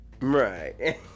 right